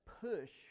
push